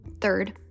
Third